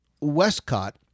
Westcott